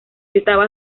estaba